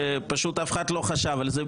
שפשוט אף אחד לא חשב על זה,